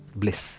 bliss